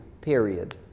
period